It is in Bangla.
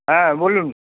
হ্যাঁ বলুন